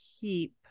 keep